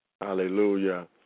Hallelujah